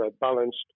balanced